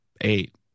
eight